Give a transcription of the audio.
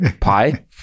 Pie